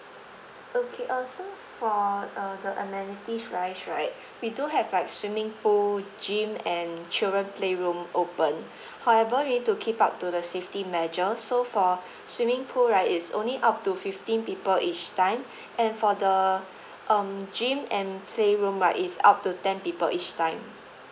okay uh so for uh the amenities wise right we do have like swimming pool gym and children playroom open however we need to keep up to the safety measure so for swimming pool right it's only up to fifteen people each time and for the um gym and playroom right it's up to ten people each time